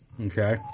Okay